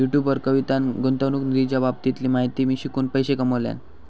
YouTube वर कवितान गुंतवणूक निधीच्या बाबतीतली माहिती शिकवून पैशे कमावल्यान